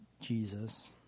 Jesus